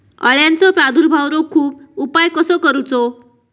अळ्यांचो प्रादुर्भाव रोखुक उपाय कसो करूचो?